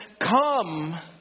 come